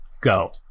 go